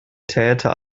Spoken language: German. täter